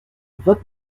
vingt